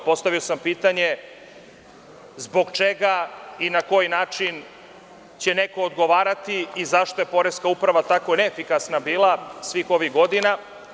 Postavio sam pitanje – zbog čega i na koji način će neko odgovarati i zašto je poreska uprava bila tako neefikasna svih ovih godina?